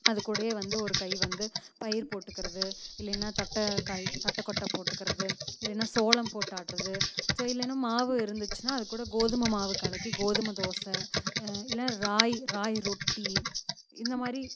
அது கூடையே வந்து ஒரு கை வந்து பயிர் போட்டுக்கிறது இல்லைன்னா தட்டை காய் தட்டை கொட்டை போட்டுக்கிறது இல்லைன்னா சோளம் போட்டு ஆட்டுறது ஸோ இல்லைன்னா மாவு இருந்துச்சுன்னா அது கூட கோதுமை மாவு கலக்கி கோதுமை தோசை இல்லைன்னா ராகி ராகி ரொட்டி இந்த மாதிரி